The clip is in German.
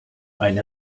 eine